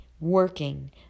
working